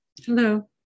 Hello